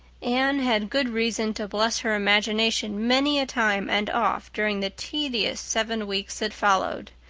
anne had good reason to bless her imagination many a time and oft during the tedious seven weeks that followed.